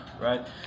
right